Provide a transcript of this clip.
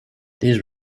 these